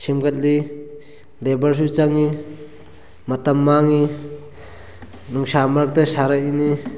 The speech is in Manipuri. ꯁꯦꯝꯒꯠꯂꯤ ꯂꯦꯕꯔꯁꯨ ꯆꯪꯏ ꯃꯇꯝ ꯃꯥꯡꯏ ꯅꯨꯡꯁꯥ ꯃꯔꯛꯇ ꯁꯥꯔꯛꯏꯅꯤ